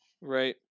right